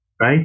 right